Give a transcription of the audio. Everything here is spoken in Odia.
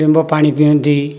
ନିମ୍ବ ପାଣି ପିଅନ୍ତି